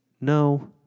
No